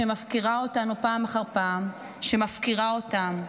שמפקירה אותנו פעם אחר פעם, שמפקירה אותם,